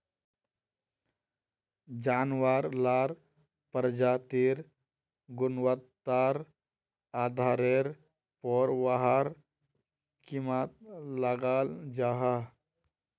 जानवार लार प्रजातिर गुन्वात्तार आधारेर पोर वहार कीमत लगाल जाहा